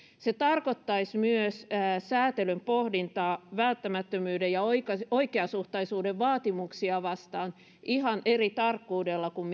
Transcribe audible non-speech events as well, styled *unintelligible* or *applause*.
se tarkoittaisi myös säätelyn pohdintaa välttämättömyyden ja oikeasuhtaisuuden vaatimuksia vastaan ihan eri tarkkuudella kuin *unintelligible*